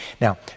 Now